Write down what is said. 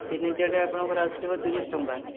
ତିନି ଇଞ୍ଚିଆଟା ଆପଣଙ୍କର ଆସିବ ତିରିଶ ଟଙ୍କା